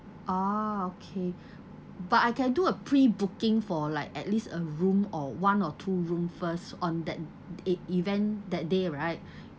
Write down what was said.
oh okay but I can do a pre-booking for like at least a room or one or two room first on that e~ event that day right